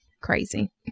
crazy